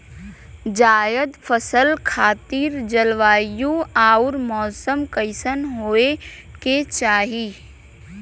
जायद फसल खातिर जलवायु अउर मौसम कइसन होवे के चाही?